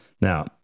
Now